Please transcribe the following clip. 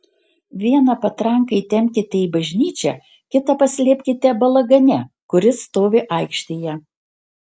vieną patranką įtempkite į bažnyčią kitą paslėpkite balagane kuris stovi aikštėje